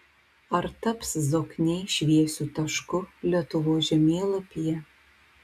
ar taps zokniai šviesiu tašku lietuvos žemėlapyje